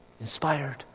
Inspired